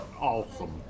awesome